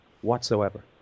whatsoever